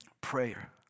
Prayer